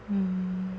mm